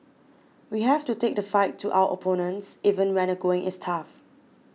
we have to take the fight to our opponents even when the going is tough